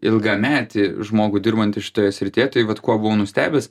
ilgametį žmogų dirbantį šitoje srityje tai vat kuo buvau nustebęs